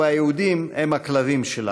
והיהודים הם הכלבים שלנו.